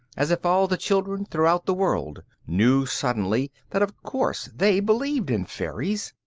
as if all the children throughout the world knew suddenly that of course they believed in fairies.